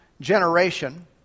generation